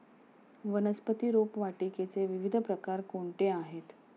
वनस्पती रोपवाटिकेचे विविध प्रकार कोणते आहेत?